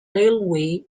railway